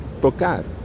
tocar